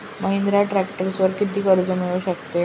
महिंद्राच्या ट्रॅक्टरवर किती कर्ज मिळू शकते?